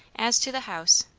as to the house,